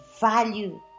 value